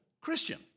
Christian